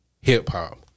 hip-hop